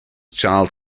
child